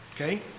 Okay